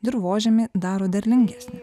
dirvožemį daro derlingesnį